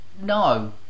No